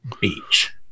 beach